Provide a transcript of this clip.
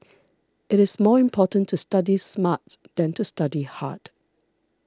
it is more important to study smart than to study hard